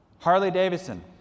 Harley-Davidson